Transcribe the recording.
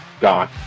Gone